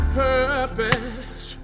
purpose